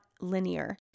linear